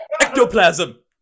ectoplasm